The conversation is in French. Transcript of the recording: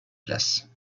place